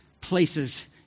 places